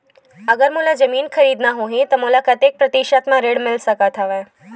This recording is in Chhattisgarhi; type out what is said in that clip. अगर मोला जमीन खरीदना होही त मोला कतेक प्रतिशत म ऋण मिल सकत हवय?